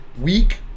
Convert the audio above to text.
week